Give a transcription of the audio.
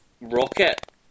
Rocket